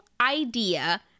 idea